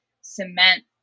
cement